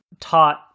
taught